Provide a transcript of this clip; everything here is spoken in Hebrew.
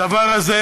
הדבר הזה,